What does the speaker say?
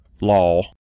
law